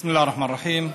בסם אללה א-רחמאן א-רחים.